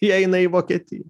jie eina į vokietiją